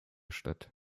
stadt